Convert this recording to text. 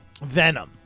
Venom